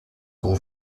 gros